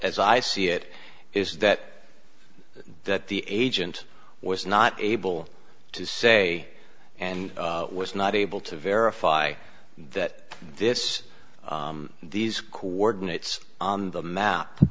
as i see it is that that the agent was not able to say and was not able to verify that this these coordinates on the map